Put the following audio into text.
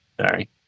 Sorry